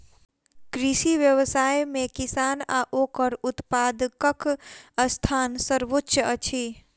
कृषि व्यवसाय मे किसान आ ओकर उत्पादकक स्थान सर्वोच्य अछि